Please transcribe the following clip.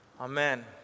Amen